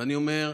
ואני אומר,